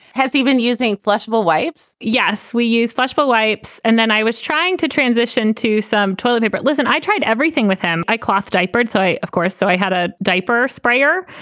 has even using flushable wipes? yes, we use flushable wipes. and then i was trying to transition to some toilet paper. listen, i tried everything with them. i cloth diapers, so i. of course. so i had a diaper sprayer.